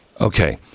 Okay